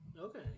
Okay